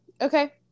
okay